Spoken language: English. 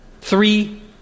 Three